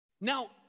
Now